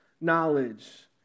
knowledge